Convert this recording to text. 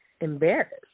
embarrassed